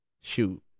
Shoot